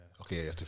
Okay